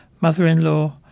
mother-in-law